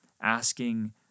asking